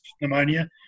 pneumonia